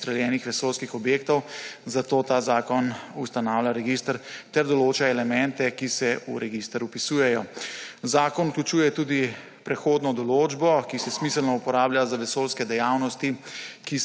izstreljenih vesoljskih objektov, zato ta zakon ustanavlja register ter določa elemente, ki se v register vpisujejo. Zakon vključuje tudi prehodno določbo, ki se smiselno uporablja za vesoljske dejavnosti,